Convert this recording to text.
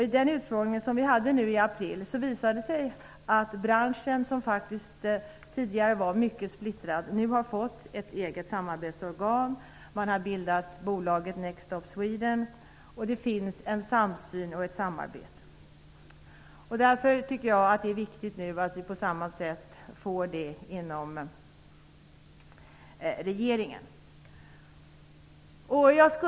I den utfrågning som vi hade nu i april visade det sig att branschen, som tidigare var mycket splittrad, nu har fått ett eget samarbetsorgan. Man har bildat bolaget Next Stop Sweden. Det finns en samsyn och ett samarbete. Därför är det viktigt att vi även får det i regeringen.